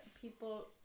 people